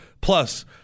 Plus